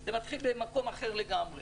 זה מתחיל במקום אחר לגמרי.